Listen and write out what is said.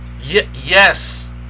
yes